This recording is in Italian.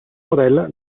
modella